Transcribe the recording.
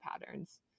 patterns